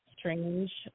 strange